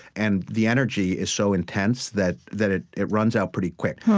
and the energy is so intense that that it it runs out pretty quick.